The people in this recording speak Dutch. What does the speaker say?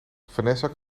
vanessa